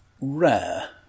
Rare